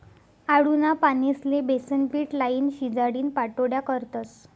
आळूना पानेस्ले बेसनपीट लाईन, शिजाडीन पाट्योड्या करतस